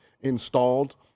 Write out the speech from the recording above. installed